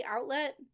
outlet